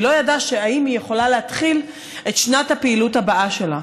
והיא לא ידעה אם היא יכולה להתחיל את שנת הפעילות הבאה שלה.